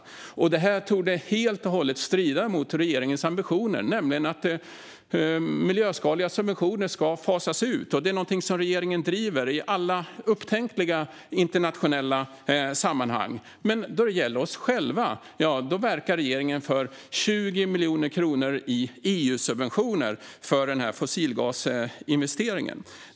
Det torde helt och hållet strida mot regeringens ambitioner, nämligen att miljöskadliga subventioner ska fasas ut. Detta är något som regeringen driver i alla upptänkliga internationella sammanhang. Men när det gäller oss själva verkar regeringen för 20 miljoner kronor i EU-subventioner för den här fossilgasinvesteringen.